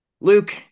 Luke